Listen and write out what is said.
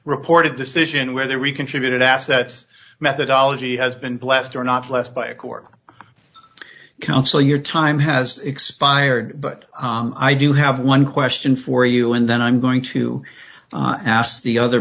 of decision whether we contributed assets methodology has been blessed or not blessed by a court counsel your time has expired but i do have one question for you and then i'm going to ask the other